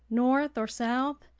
north or south?